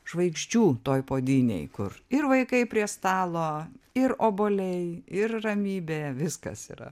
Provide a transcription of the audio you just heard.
žvaigždžių toj puodynėj kur ir vaikai prie stalo ir obuoliai ir ramybė viskas yra